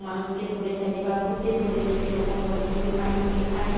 মানুষকে ধরে ফেলে বা ভূতে ধরেছে যেরকম বলে যে ওখানে এখানে